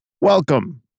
Welcome